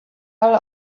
ale